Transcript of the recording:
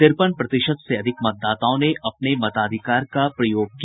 तिरपन प्रतिशत से अधिक मतदाताओं ने अपने मताधिकार का प्रयोग किया